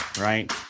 right